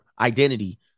identity